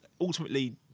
ultimately